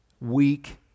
weak